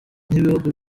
n’ibihugu